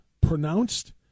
pronounced